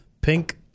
Pink